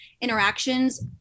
interactions